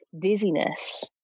dizziness